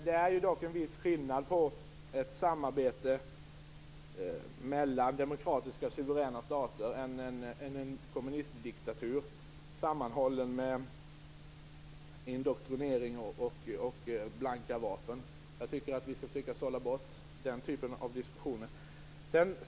Det är dock en viss skillnad på ett samarbete mellan demokratiska suveräna stater och en kommunistdiktatur sammanhållen med indoktrinering och blanka vapen. Jag tycker att vi skall försöka sålla bort den typen av diskussioner.